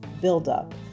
buildup